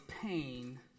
pain